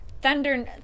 Thunder